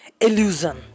illusion